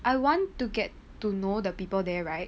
I want to get to know the people there right